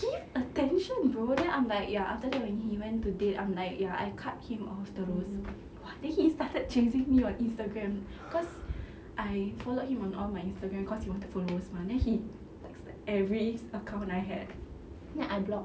give a television I'm like ya after that when he went to date I'm like ya I cut him off terus !wah! then he started chasing me on instagram cause I followed him on all my instagram cause he wanted followers mah then he texted every account I had then I block